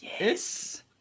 Yes